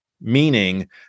meaning